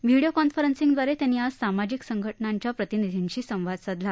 video कॉन्फेरसिंगदवारे त्यांनी आज सामाजिक संघटनांच्या प्रतिनिधींशी संवाद साधला